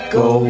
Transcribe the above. go